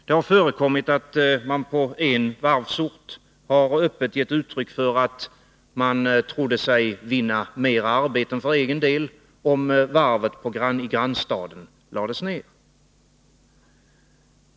Det har förekommit att man på en varvsort öppet har sagt att man trodde sig vinna fler arbeten för egen del, om varvet i grannstaden lades ned.